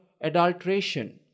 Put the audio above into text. adulteration